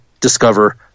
discover